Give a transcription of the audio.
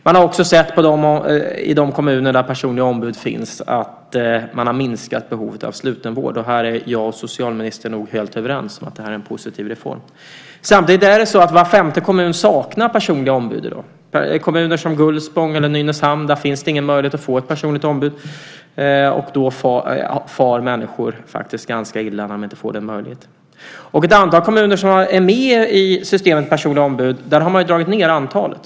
Man har också sett, i de kommuner där personliga ombud finns, att behovet av slutenvård har minskat. Här är nog jag och socialministern helt överens: Detta är en positiv reform. Samtidigt saknar i dag var femte kommun personliga ombud. I kommuner som Gullspång eller Nynäshamn finns ingen möjlighet att få ett personligt ombud, och då far människor faktiskt ganska illa. I ett antal kommuner som är med i systemet med personliga ombud har man också dragit ned antalet.